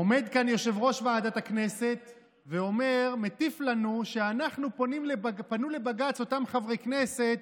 עומד כאן יושב-ראש ועדת הכנסת ומטיף לנו שפנו לבג"ץ אותם חברי כנסת,